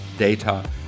data